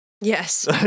Yes